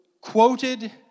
quoted